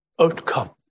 outcome